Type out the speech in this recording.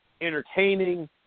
entertaining